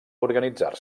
organitzar